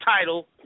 title